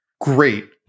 Great